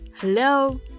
Hello